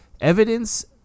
Evidence